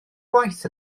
gwaith